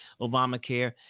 Obamacare